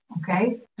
okay